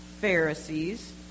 Pharisees